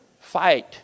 Fight